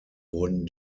wurden